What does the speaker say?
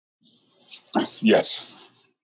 Yes